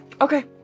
okay